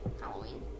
Halloween